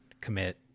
commit